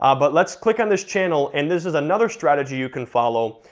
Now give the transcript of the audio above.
ah but let's click on this channel, and this is another strategy you can follow,